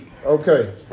Okay